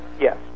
Yes